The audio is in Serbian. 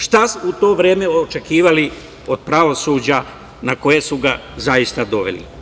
Šta ste u to vreme očekivali od pravosuđa na koje su ga zaista doveli?